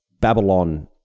Babylon